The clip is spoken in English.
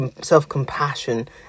self-compassion